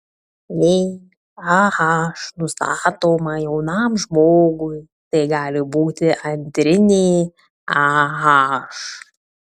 jei ah nustatoma jaunam žmogui tai gali būti antrinė ah